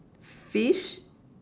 fish